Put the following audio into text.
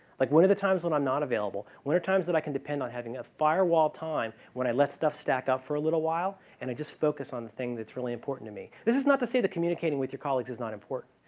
like what are the times when i'm not available? where are times that i can depend on having a fire wall time when i let stuff stack out for a little while and i just focus on the thing that's really important to me? this is not to say that communicating with your colleagues is not important.